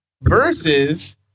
versus